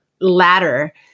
ladder